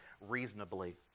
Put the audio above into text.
reasonably